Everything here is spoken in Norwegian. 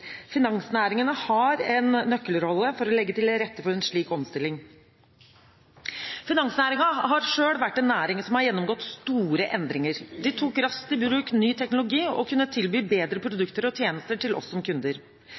Finansnæringene har en nøkkelrolle for å legge til rette for en slik omstilling. Finansnæringen har selv vært en næring som har gjennomgått store endringer. Den tok raskt i bruk ny teknologi og kunne tilby bedre produkter og tjenester til oss som kunder.